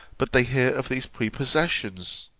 but they hear of these prepossessions.